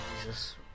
Jesus